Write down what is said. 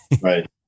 Right